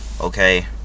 okay